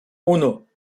uno